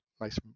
Nice